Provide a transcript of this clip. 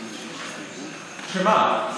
שמה?